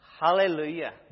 Hallelujah